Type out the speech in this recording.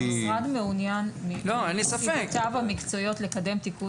המשרד מעוניין לקדם תיקון.